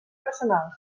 personals